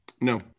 No